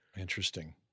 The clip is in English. Interesting